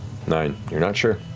nine, you're not sure.